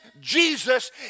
Jesus